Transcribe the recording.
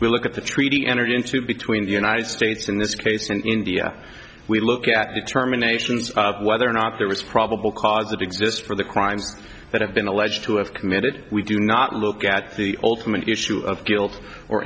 we look at the treaty entered into between the united states in this case and india we look at the terminations whether or not there was probable cause that exist for the crimes that have been alleged to have committed we do not look at the ultimate issue of guilt or